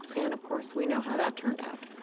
and of course, we know how that turned out